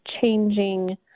changing